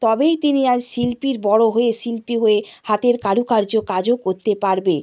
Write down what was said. তবেই তিনি আজ শিল্পী বড় হয়ে শিল্পী হয়ে হাতের কারুকার্য কাজও করতে পারবে